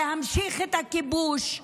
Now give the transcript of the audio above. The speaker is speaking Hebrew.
להמשיך את הכיבוש,